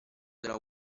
della